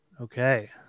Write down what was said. Okay